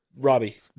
Robbie